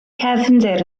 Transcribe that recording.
cefndir